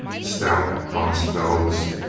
stout, honest fellows,